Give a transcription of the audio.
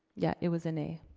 yeah, it was a nay.